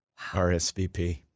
RSVP